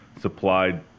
supplied